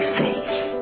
face